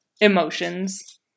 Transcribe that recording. emotions